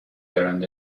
دارند